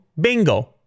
bingo